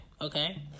okay